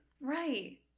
Right